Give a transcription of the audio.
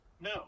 no